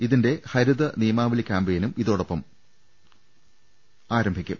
ഇതിന്റെ ഹരിത നിയമാവലി ക്യാമ്പയിനും ഇതോടൊപ്പം തുടക്കമാകും